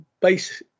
Base